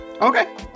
Okay